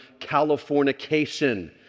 Californication